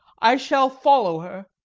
i shall follow her.